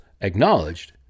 acknowledged